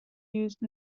used